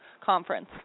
conference